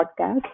podcast